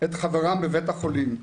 חברם בבית החולים.